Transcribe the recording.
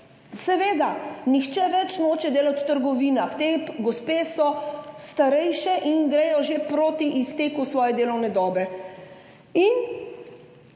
Seveda nihče več noče delati v trgovinah. Ti gospe sta starejši in gresta že proti izteku svoje delovne dobe